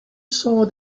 saw